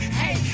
hey